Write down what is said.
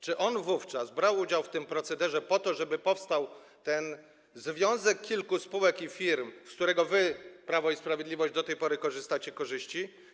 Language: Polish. Czy brał on wówczas udział w tym procederze po to, żeby powstał ten związek kilku spółek i firm, z którego wy, Prawo i Sprawiedliwość, do tej pory czerpiecie korzyści?